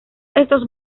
estos